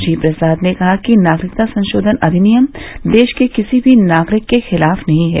श्री प्रसाद ने कहा कि नागरिकता संशोधन अविनियम देश के किसी भी नागरिक के खिलाफ नहीं है